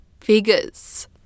figures